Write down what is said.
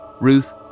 Ruth